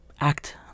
act